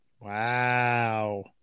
Wow